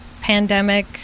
pandemic